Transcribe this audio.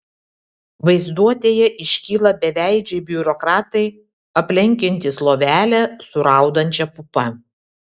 vaizduotėje iškyla beveidžiai biurokratai aplenkiantys lovelę su raudančia pupa